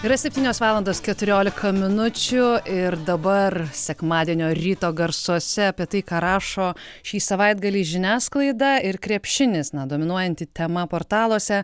yra septynios valandos keturiolika minučių ir dabar sekmadienio ryto garsuose apie tai ką rašo šį savaitgalį žiniasklaida ir krepšinis na dominuojanti tema portaluose